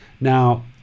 Now